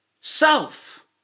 Self